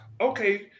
Okay